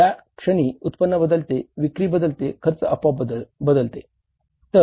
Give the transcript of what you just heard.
ज्या क्षणी उत्पन्न बदलते विक्री बदलते खर्च आपोआप बदलते